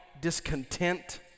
discontent